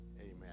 Amen